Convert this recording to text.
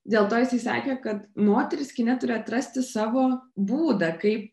dėl to jisai sakė kad moteris kine turi atrasti savo būdą kaip